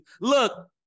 Look